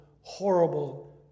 horrible